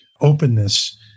openness